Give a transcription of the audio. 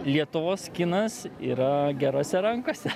lietuvos kinas yra gerose rankose